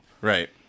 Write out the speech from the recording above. Right